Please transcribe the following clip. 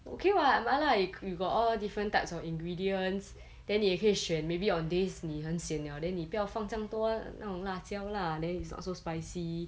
okay [what] mala you got all different types of ingredients then 你也可以选 maybe on days 你很 sian liao then 你不要放这样多那种辣椒 lah then it's not so spicy